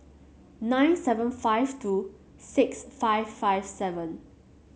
nine seven five two six five five seven